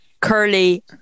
Curly